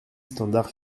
standard